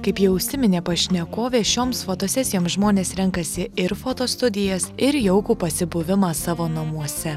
kaip jau užsiminė pašnekovė šioms fotosesijoms žmonės renkasi ir fotostudijas ir jaukų pasibuvimą savo namuose